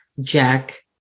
Jack